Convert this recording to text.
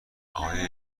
آیا